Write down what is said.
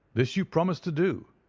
this you promised to do,